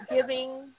giving